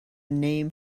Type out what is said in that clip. name